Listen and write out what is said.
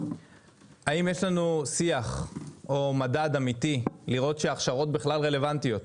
האם יש לנו שיח או מדד אמיתי לראות שההכשרות בכלל רלוונטיות.